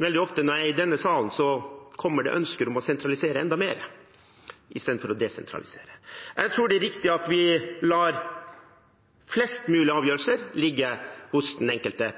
veldig ofte når jeg er i denne salen, kommer det ønsker om å sentralisere enda mer istedenfor å desentralisere. Jeg tror det er riktig at vi lar flest mulig avgjørelser ligge hos den enkelte